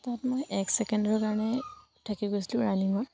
তাত মই এক ছেকেণ্ডৰ কাৰণে থাকি গৈছিলোঁ ৰানিঙত